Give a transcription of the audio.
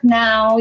now